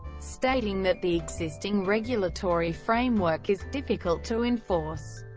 stating that the existing regulatory framework is difficult to enforce,